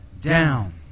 down